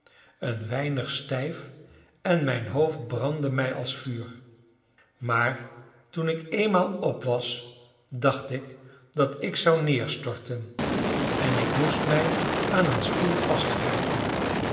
een weinig stijf en mijn hoofd brandde mij als vuur maar toen ik eenmaal op was dacht ik dat ik zou neerstorten en ik moest mij aan een stoel